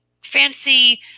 fancy